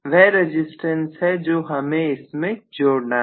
वह रजिस्टेंस है जो हमें इसमें जोड़ना है